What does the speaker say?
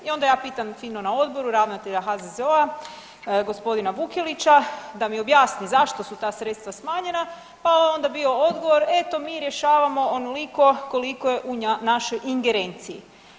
I onda j a pitam fino na Odboru ravnatelja HZZO-a gospodina Vukelića da mi objasni zašto su ta sredstva smanjena, pa onda je bio odgovor eto mi rješavamo onoliko koliko je u našoj ingerenciji.